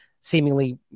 seemingly